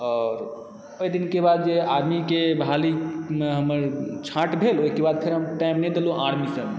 आओर ओहि दिनके बाद जे आर्मीके बहालीमे हमर छाँट भेल ओहिके बाद फेर हम टाइम नहि देलहुँ आर्मीसभमे